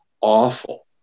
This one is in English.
awful